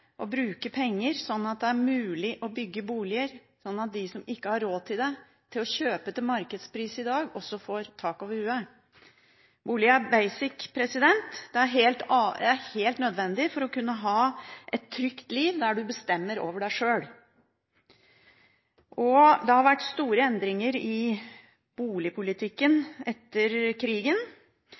å bruke penger slik at det er mulig å bygge boliger, slik at de som ikke har råd til å kjøpe til markedspris i dag, også får tak over hodet. Bolig er «basic» – det er helt nødvendig for å kunne ha et trygt liv der en bestemmer over seg sjøl. Det har vært store endringer i boligpolitikken etter krigen,